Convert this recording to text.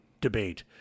debate